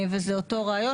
וזה אותו רעיון.